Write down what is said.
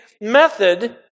method